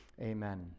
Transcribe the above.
Amen